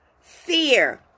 fear